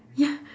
ya